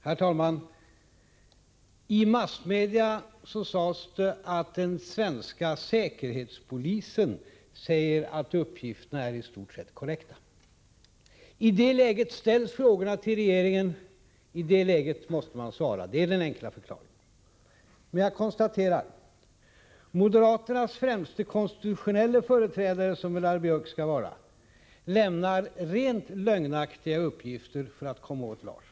Herr talman! I massmedia uppgavs: Den svenska säkerhetspolisen säger att uppgifterna är i stort sett korrekta. I det läget ställdes frågorna till regeringen. I det läget måste man svara. Det är den enkla förklaringen. Jag konstaterar: Moderaternas främste konstitutionelle företrädare, som väl herr Björck skall vara, lämnar rent lögnaktiga uppgifter för att komma åt Larsson.